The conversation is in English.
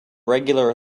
regular